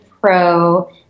pro